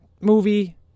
movie